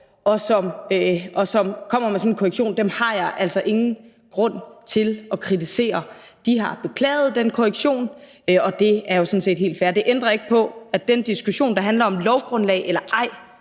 og som kommer med sådan en korrektion, har jeg altså ingen grund til at kritisere. De har beklaget den korrektion, og det er jo sådan set helt fair. Det ændrer ikke på den diskussion, der handler om lovgrundlag eller ej